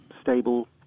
stable